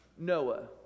Noah